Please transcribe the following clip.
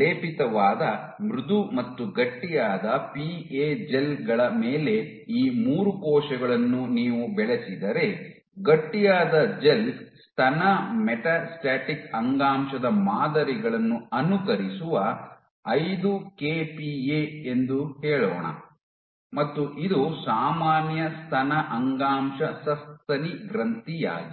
ಲೇಪಿತವಾದ ಮೃದು ಮತ್ತು ಗಟ್ಟಿಯಾದ ಪಿಎ ಜೆಲ್ ಗಳ ಮೇಲೆ ಈ ಮೂರು ಕೋಶಗಳನ್ನು ನೀವು ಬೆಳಸಿದರೆ ಗಟ್ಟಿಯಾದ ಜೆಲ್ ಸ್ತನ ಮೆಟಾಸ್ಟಾಟಿಕ್ ಅಂಗಾಂಶದ ಮಾದರಿಗಳನ್ನು ಅನುಕರಿಸುವ ಐದು ಕೆಪಿಎ ಎಂದು ಹೇಳೋಣ ಮತ್ತು ಇದು ಸಾಮಾನ್ಯ ಸ್ತನ ಅಂಗಾಂಶ ಸಸ್ತನಿ ಗ್ರಂಥಿಯಾಗಿದೆ